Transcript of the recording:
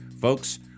Folks